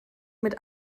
mit